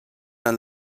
amb